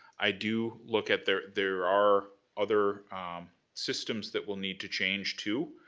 i do look at, there there are other systems that will need to change too,